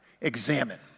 examine